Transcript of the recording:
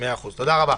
תודה רבה.